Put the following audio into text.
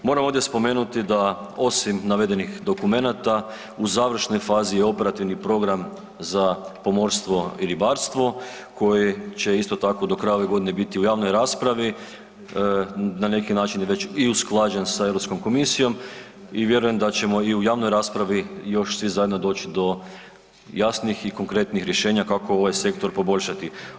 Moram ovdje spomenuti da osim navedenih dokumenata u završnoj fazi je operativni program za pomorstvo i ribarstvo koji će isto tako do kraja ove godine biti u javnoj raspravi, na neki način je već i usklađen sa Europskom komisijom i vjerujem da ćemo i u javnoj raspravi još svi zajedno doći do jasnih i konkretnih rješenja kako ovaj sektor poboljšati.